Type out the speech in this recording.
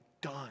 done